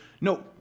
no